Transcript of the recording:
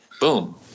boom